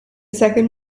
second